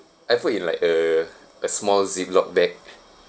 I put in like uh a small zip lock bag